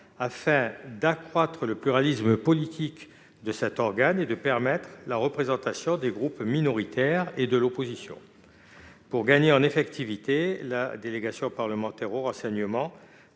afin d'accroître le pluralisme politique de cet organe et de permettre la représentation des groupes minoritaires et d'opposition. Pour gagner en effectivité, la délégation parlementaire au renseignement